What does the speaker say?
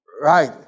Right